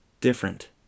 Different